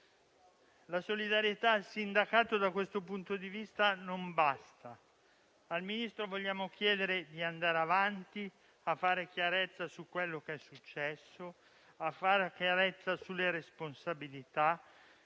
La solidarietà al sindacato da questo punto di vista non basta. Al Ministro vogliamo chiedere di andare avanti e fare chiarezza su quanto successo, sulle responsabilità